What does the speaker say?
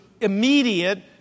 immediate